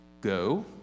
go